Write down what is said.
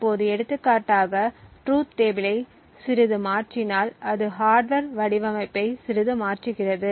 இப்போது எடுத்துக்காட்டாக ட்ரூத் டேபிளை சிறிது மாற்றினால் அது ஹார்ட்வர் வடிவமைப்பை சிறிது மாற்றுகிறது